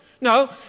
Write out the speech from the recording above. No